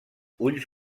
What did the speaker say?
ulls